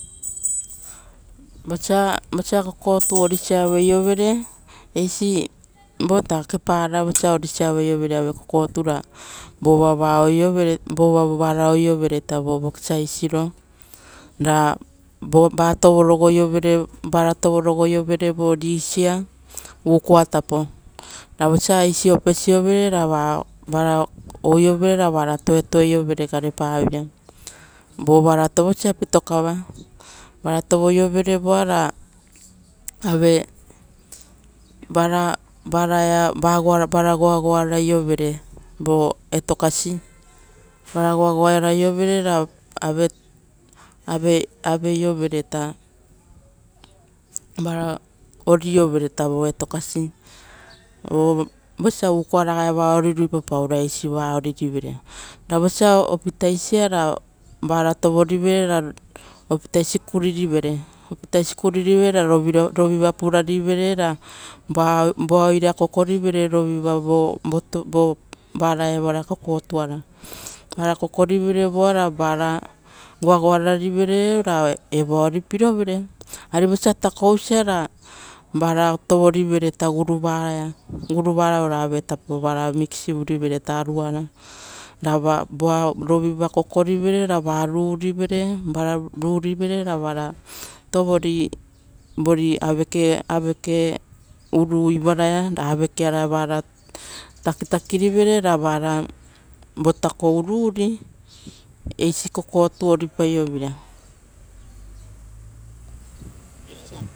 Vosa kokotu orisa avepaiovere vo kepara, ra vova vara ouiovere vokisaesi, ra vo vara tovoro-goiovere vesiri ukoa tapo. Ra vosa aesi opesio vere ravara ouiovere ra vara toetoe io gare pa vira, vo vara to vosia pitakava. Vara tovoiovere voa ra vara goagoa raiovere vo etokasi. Vara goagioa raiovere vo etokasi o vosa ukoa raga ori ruipapau ra, eisi va oririvere. Ra vosa opitaisi ia ori ruipau, opitaisi ku riri vere, ra voa rovirivere orovisa purarivere. Ra voa oira koko rivere, varaia kokotuara. Ra rovi va vara goagoa rarivere ra e voa oripiro. Ari vosa takousa, ra vara tovorivere vo guruvaraia, ra vara oivererivere avetapo arua, ra voa rovira kokorivere, ra va ruri vere ra va, iovoro voari aveke kasia ra aveke araia va takitakirivere. Ra vara rakuri guru varaia. Esi oripaioveira.